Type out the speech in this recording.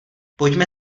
pojďme